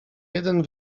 jeden